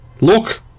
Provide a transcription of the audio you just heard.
Look